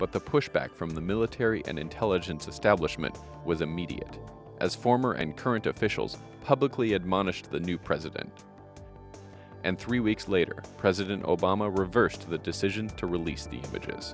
but the pushback from the military and intelligence establishment was immediate as former and current officials publicly admonished the new president and three weeks later president obama reversed the decision to release the